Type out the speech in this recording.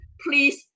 Please